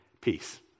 peace